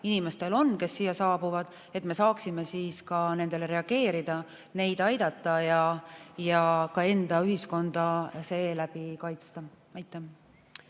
inimestel, kes siia saabuvad. Siis me saame nendele reageerida, neid aidata ja ka enda ühiskonda seeläbi kaitsta. Suur